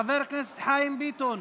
חבר הכנסת חיים ביטון,